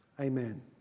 Amen